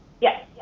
Yes